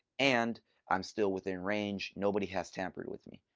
and i'm still within range. nobody has tampered with me.